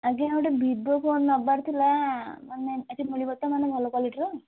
ଆଜ୍ଞା ଗୋଟେ Vivo phone ନେବାର ଥିଲା ମାନେ ଏଠି ମିଳିବ ତ ମାନେ ଭଲ କ୍ଵାଲିଟିର